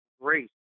great